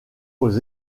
aux